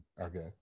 Okay